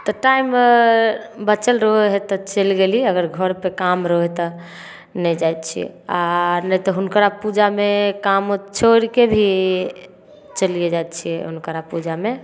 तऽ टाइम बचल रहै हइ तऽ चलि गेली अगर घरपर काम रहै हइ तऽ नहि जाइ छिए आओर नहि तऽ हुनकरा पूजामे काम छोड़िके भी चलिए जाइ छिए हुनकरा पूजामे